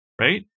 right